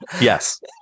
Yes